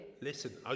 Listen